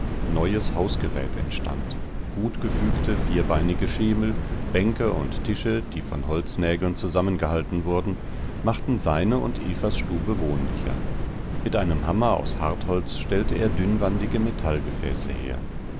neues hausgerät entstand gutgefügte vierbeinige schemel bänke und tische die von holznägeln zusammengehalten wurden machten seine und evas stube wohnlicher mit einem hammer aus hartholz stellte er dünnwandige metallgefäße her